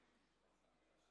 בזמן.